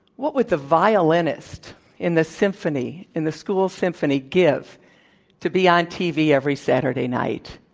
what would the violinist in the symphony in the school symphony give to be on tv every saturday night,